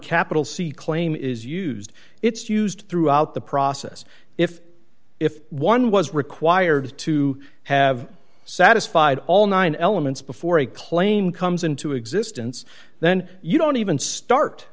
capital c claim is used it's used throughout the process if if one was required to have satisfied all nine elements before a claim comes into existence then you don't even start